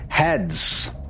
heads